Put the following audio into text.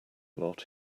lot